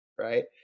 right